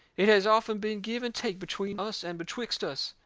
it has often been give and take between us and betwixt us.